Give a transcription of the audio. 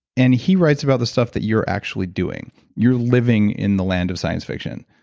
and he writes about the stuff that you're actually doing you're living in the land of science fiction.